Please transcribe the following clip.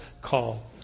call